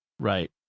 Right